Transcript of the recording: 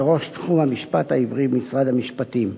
לראש תחום המשפט העברי במשרד המשפטים.